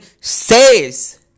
says